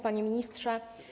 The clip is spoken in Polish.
Panie Ministrze!